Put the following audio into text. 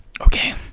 Okay